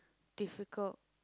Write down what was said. difficult